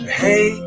hey